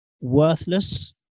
worthless